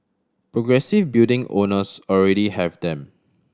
progressive building owners already have them